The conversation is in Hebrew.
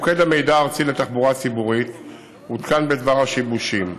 מוקד המידע הארצי לתחבורה ציבורית עודכן בדבר השיבושים.